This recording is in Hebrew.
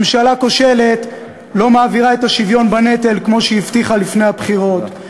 ממשלה כושלת לא מעבירה את השוויון בנטל כמו שהיא הבטיחה לפני הבחירות.